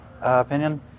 opinion